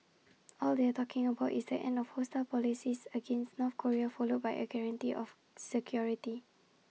all they are talking about is the end of hostile policies against North Korea followed by A guarantee of security